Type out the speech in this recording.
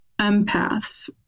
empaths